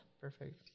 Perfect